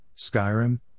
Skyrim